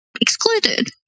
excluded